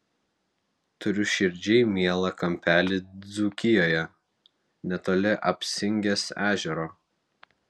turiu širdžiai mielą kampelį dzūkijoje netoli apsingės ežero